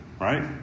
right